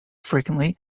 frequently